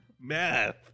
Math